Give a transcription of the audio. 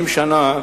50 שנה